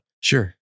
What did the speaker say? sure